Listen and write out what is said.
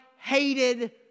hated